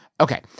Okay